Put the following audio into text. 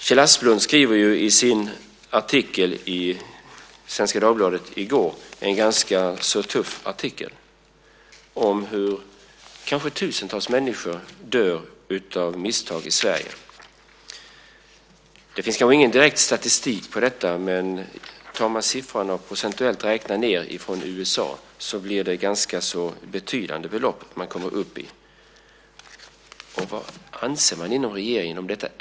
Kjell Asplund skriver i sin ganska tuffa artikel i Svenska Dagbladet i går om hur kanske tusentals människor dör av misstag i Sverige. Det finns ingen direkt statistik på detta, men om vi tar siffrorna från USA och räknar om dem procentuellt kommer vi upp i ganska betydande mängder. Vad anser man inom regeringen om detta?